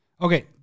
Okay